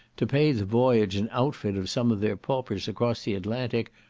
to pay the voyage and outfit of some of their paupers across the atlantic,